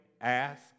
ask